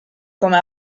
come